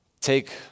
take